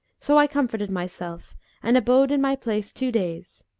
so i comforted myself and abode in my place two days,